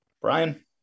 Brian